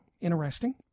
interesting